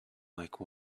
like